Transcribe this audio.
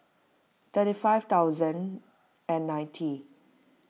thirty five thousand and ninety